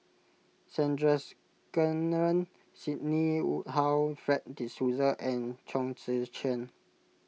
Sandrasegaran Sidney Woodhull Fred De Souza and Chong Tze Chien